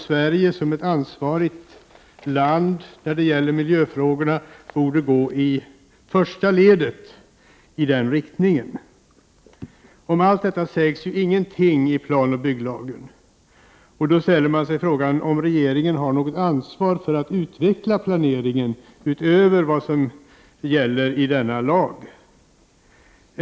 Sverige borde, som ett ansvarigt land när det gäller miljöfrågorna, gå i första ledet i den riktningen. Det sägs ingenting om allt detta i planoch bygglagen. Man ställer sig då frågan om regeringen har något ansvar för att utveckla planeringen utöver vad som gäller i denna lag.